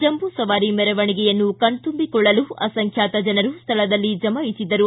ಜಂಬೂಸವಾರಿ ಮೆರವಣಿಗೆಯನ್ನು ಕಣ್ತುಂಬಿಕೊಳ್ಳಲು ಅಸಂಖ್ಯಾತ ಜನರು ಸ್ವಳದಲ್ಲಿ ಜಮಾಯಿಸಿದ್ದರು